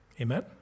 Amen